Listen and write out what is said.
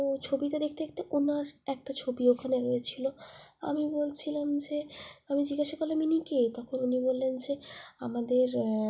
তো ছবিতে দেখতে দেখতে ওনার একটা ছবি ওখানে রয়েছিলো আমি বলছিলাম যে আমি জিজ্ঞাসা করলাম ইনি কে তখন উনি বললেন যে আমাদের